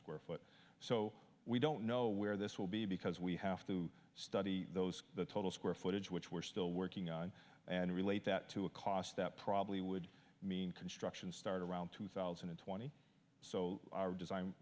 square foot so we don't know where this will be because we have to study those the total square footage which we're still working on and relate that to a cost that probably would mean construction started around two thousand and twenty so our design